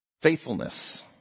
faithfulness